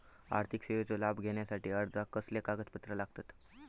आर्थिक सेवेचो लाभ घेवच्यासाठी अर्जाक कसले कागदपत्र लागतत?